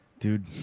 Dude